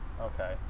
Okay